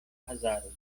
hazardo